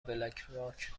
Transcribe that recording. بلکراک